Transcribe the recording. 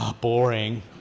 boring